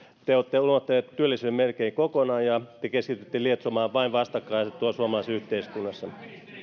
te olette unohtaneet työllisyyden melkein kokonaan ja keskitytte vain lietsomaan vastakkainasettelua suomalaisessa yhteiskunnassa